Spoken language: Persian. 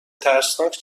ترسناک